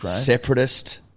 separatist